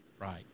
Right